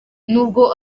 nubwo